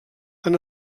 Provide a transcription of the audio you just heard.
han